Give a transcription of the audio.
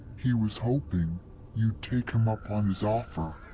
he was hoping you'd take him up on his offer.